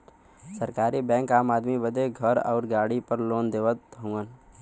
सरकारी बैंक आम आदमी बदे घर आउर गाड़ी पर लोन देवत हउवन